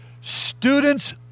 students